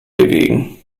bewegen